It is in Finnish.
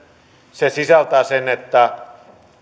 se sisältää sen että